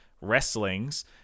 wrestlings